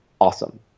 awesome